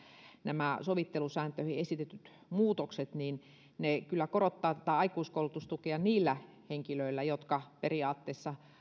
nämä sovittelusääntöihin esitetyt muutokset kyllä korottavat tätä aikuiskoulutustukea niillä henkilöillä jotka periaatteessa